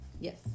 Yes